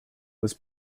was